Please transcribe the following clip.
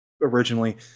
originally